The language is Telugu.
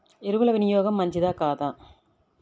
ఎరువుల వినియోగం మంచిదా కాదా?